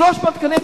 300 תקנים,